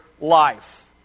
life